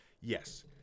Yes